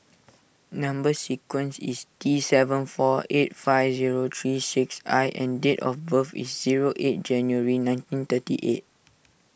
Number Sequence is T seven four eight five zero three six I and date of birth is zero eight January nineteen thirty eight